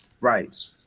Right